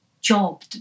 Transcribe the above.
job